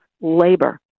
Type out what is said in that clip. labor